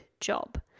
job